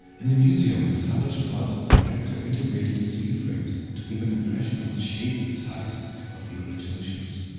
in the museum, the salvaged parts of the wrecks were integrated in steel frames to give an impression of the shape and size of the original ships.